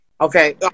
Okay